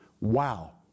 Wow